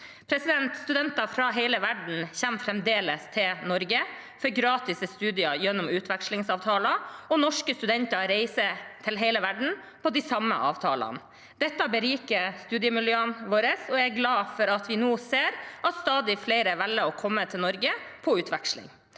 studenter. Studenter fra hele verden kommer fremdeles til Norge for gratis studier gjennom utvekslingsavtaler, og norske studenter reiser til hele verden på de samme avtalene. Dette beriker studiemiljøene våre, og jeg er glad for at vi nå ser at stadig flere velger å komme til Norge på utveksling.